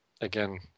again